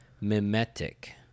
mimetic